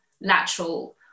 lateral